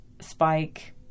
Spike